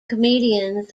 comedians